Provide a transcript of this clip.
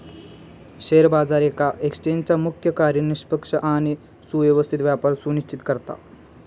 share बाजार येका एक्सचेंजचा मुख्य कार्य निष्पक्ष आणि सुव्यवस्थित व्यापार सुनिश्चित करता